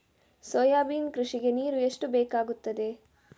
Soybean ಕೃಷಿಗೆ ನೀರು ಎಷ್ಟು ಬೇಕಾಗುತ್ತದೆ?